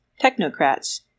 technocrats